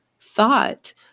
thought